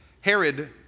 Herod